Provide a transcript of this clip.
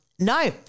No